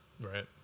Right